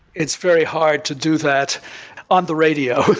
it's very hard to do that on the radio.